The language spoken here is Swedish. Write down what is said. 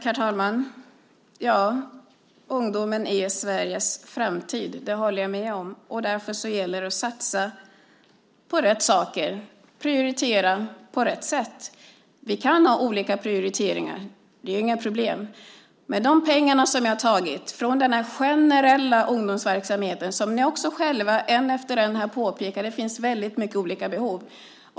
Herr talman! Ja, ungdomen är Sveriges framtid. Det håller jag med om. Därför gäller det att satsa på rätt saker, prioritera på rätt sätt. Vi kan ha olika prioriteringar - det är inga problem - med de pengar som jag har tagit från den generella ungdomsverksamheten. Som ni själva också en efter en har påpekat finns det väldigt många olika behov.